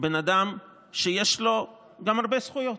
בן אדם שיש לו גם הרבה זכויות,